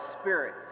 spirits